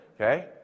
okay